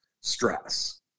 stress